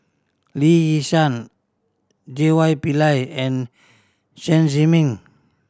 Lee Yi Shyan J Y Pillay and Chen Zhiming